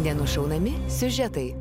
jie nušaunami siužetai